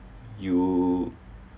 you